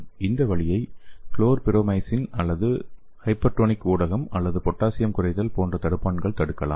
இந்த வழியை குளோர்பிரோமசைன் அல்லது ஹைபர்டோனிக் ஊடகம் அல்லது பொட்டாசியம் குறைத்தல் போன்ற தடுப்பான்கள் தடுக்கலாம்